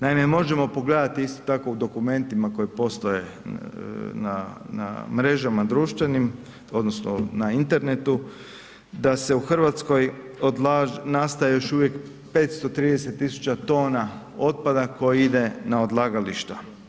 Naime možemo pogledati isto tako u dokumentima koji postoje na mrežama društvenim odnosno na internetu da se u Hrvatskoj odlaže, nastaje još uvijek 530.000 tona otpada koji ide na odlagališta.